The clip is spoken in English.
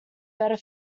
better